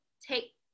take